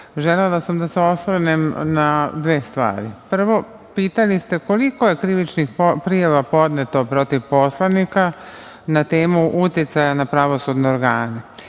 želela sam da se osvrnem na dve stvari. Prvo, pitali ste koliko je krivičnih prijava podneto protiv poslanika na temu uticaja na pravosudne organe.